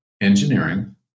engineering